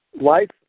Life